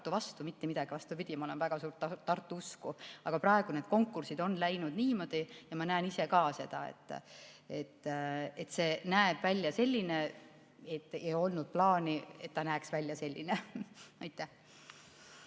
Tartu vastu mitte midagi, vastupidi, ma olen vägagi Tartu usku. Aga praegu need konkursid on läinud niimoodi ja ma näen ise ka, et see näeb välja selline, et ei olnud plaani, et ta näeks välja selline. Aitäh!